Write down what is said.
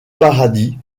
paradis